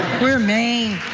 we're maine.